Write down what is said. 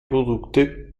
produkte